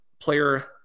player